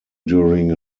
during